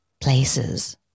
places